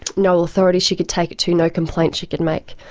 no authority she could take it to, no complaint she could make.